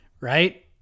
right